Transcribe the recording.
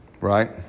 Right